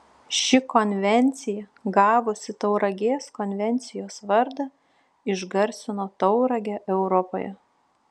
ši konvencija gavusi tauragės konvencijos vardą išgarsino tauragę europoje